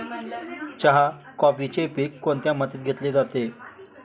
चहा, कॉफीचे पीक कोणत्या मातीत घेतले जाते?